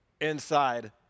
inside